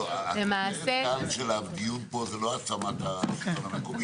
לא, --- של הדיון פה זה לא העצמת השלטון המקומי.